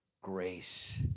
grace